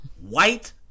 white